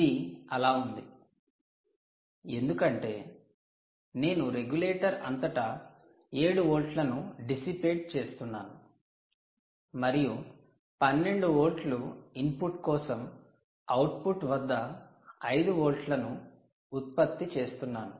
ఇది అలా ఉంది ఎందుకంటే నేను రెగ్యులేటర్ అంతటా 7 వోల్ట్లను డిసిపేట్ చేస్తున్నాను మరియు 12 వోల్ట్ల ఇన్పుట్ కోసం అవుట్పుట్ వద్ద 5 వోల్ట్లను ఉత్పత్తి చేస్తున్నాను